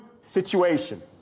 situation